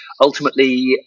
ultimately